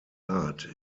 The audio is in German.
art